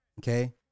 okay